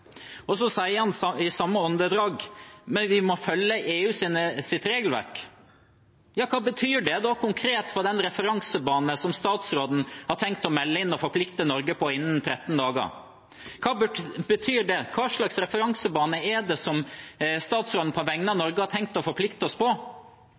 selv. Så sier han i samme åndedrag at vi må følge EUs regelverk. Ja, hva betyr det konkret for den referansebanen som statsråden har tenkt å melde inn og forplikte Norge på innen 13 dager? Hva betyr det? Hva slags referansebane er det statsråden på vegne av